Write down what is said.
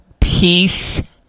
Peace